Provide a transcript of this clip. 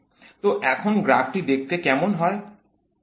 তো এখন গ্রাফটি কেমন দেখতে হয়